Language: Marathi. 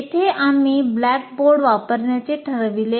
येथे आम्ही ब्लॅकबोर्ड वापरण्याचे ठरविले